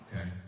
Okay